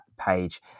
page